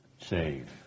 save